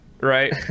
right